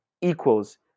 equals